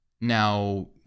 Now